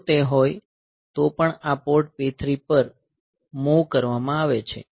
જો તે હોય તો પણ આ પોર્ટ P3 પર મૂવ કરવામાં આવે છે